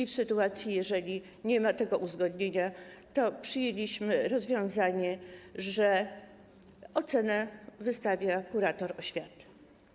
W sytuacji, w której nie ma tego uzgodnienia, przyjęliśmy rozwiązanie, że ocenę wystawia kurator oświaty.